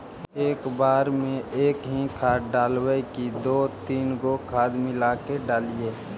एक बार मे एकही खाद डालबय की दू तीन गो खाद मिला के डालीय?